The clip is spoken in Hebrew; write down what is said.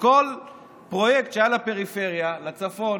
שכל פרויקט שהיה לפריפריה, לצפון,